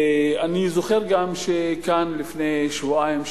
אני זוכר שלפני שבועיים,